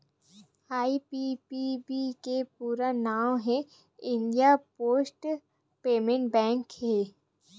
IPPB के पूरा नांव हे इंडिया पोस्ट पेमेंट बेंक हे